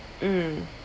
mm